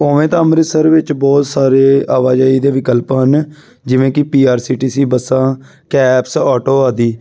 ਉਵੇਂ ਤਾਂ ਅੰਮ੍ਰਿਤਸਰ ਵਿੱਚ ਬਹੁਤ ਸਾਰੇ ਆਵਾਜਾਈ ਦੇ ਵਿਕਲਪ ਹਨ ਜਿਵੇਂ ਕਿ P R C T C ਬੱਸਾਂ ਕੈਬਸ ਆਟੋ ਆਦਿ